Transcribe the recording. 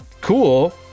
cool